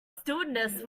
stewardess